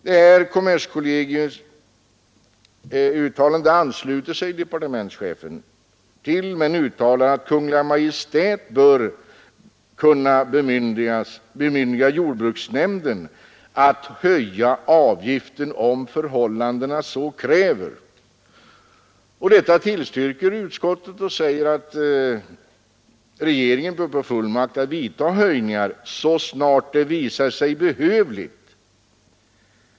Departementschefen ansluter sig till detta uttalande men tillägger att Kungl. Maj:t bör kunna bemyndiga jordbruksnämnden att höja avgiften, om förhållandena så kräver. Detta tillstyrker utskottet och säger att regeringen bör få fullmakt att vidta höjningar så snart det visar sig behövligt.